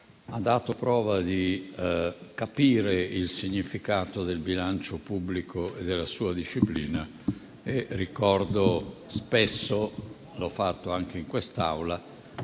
ha dato prova di capire il significato del bilancio pubblico e della sua disciplina. Ricordo spesso - l'ho fatto anche in quest'Aula